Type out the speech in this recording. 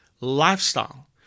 lifestyle